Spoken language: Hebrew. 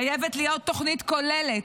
חייבת להיות תוכנית כוללת.